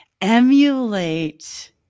emulate